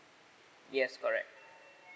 yes correct